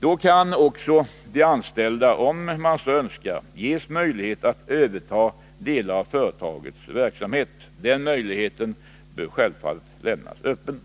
Då kan också de anställda om de så önskar ges möjlighet att överta delar av företagets verksamhet — den möjligheten blir självfallet lämnad öppen.